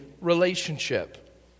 relationship